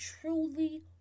truly